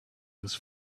was